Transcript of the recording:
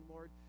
Lord